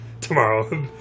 tomorrow